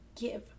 give